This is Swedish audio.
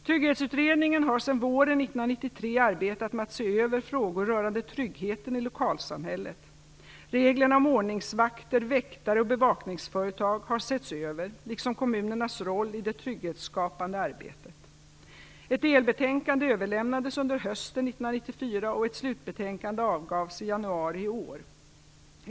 Trygghetsutredningen har sedan våren 1993 arbetat med att se över frågor rörande tryggheten i lokalsamhället. Reglerna om ordningsvakter, väktare och bevakningsföretag har setts över liksom kommunernas roll i det trygghetsskapande arbetet. Ett delbetänkande överlämnades under hösten 1994, och ett slutbetänkande avgavs i januari i år.